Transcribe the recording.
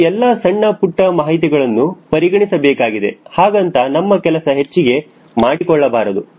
ಈ ಎಲ್ಲಾ ಸಣ್ಣಪುಟ್ಟ ಮಾಹಿತಿಗಳನ್ನು ಪರಿಗಣಿಸಬೇಕಾಗಿದೆ ಹಾಗಂತ ನಮ್ಮ ಕೆಲಸ ಹೆಚ್ಚಿಗೆ ಮಾಡಿಕೊಳ್ಳಬಾರದು